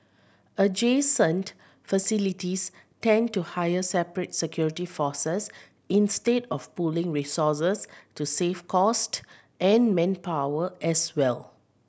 adjacent facilities tend to hire separate security forces instead of pooling resources to save cost and manpower as well